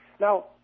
Now